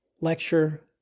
lecture